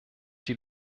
die